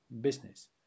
business